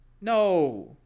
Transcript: No